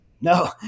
No